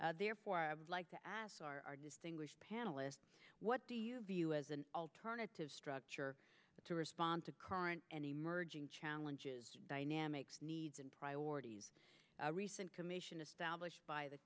areas therefore i would like to ask our distinguished panelists what do you view as an alternative structure to respond to current and emerging challenges dynamics needs and priorities a recent commission established by the